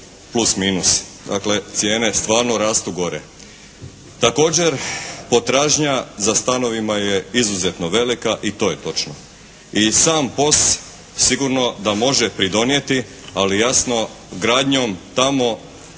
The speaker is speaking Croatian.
plus minus. Dakle, cijene stvarno rastu gore. Također, potražnja za stanovima je izuzetno velika, i to je točno. I sam POS sigurno da može pridonijeti ali jasno gradnjom tamo